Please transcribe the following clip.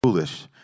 Foolish